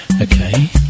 Okay